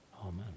Amen